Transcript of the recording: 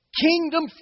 Kingdom